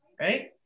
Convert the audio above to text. Right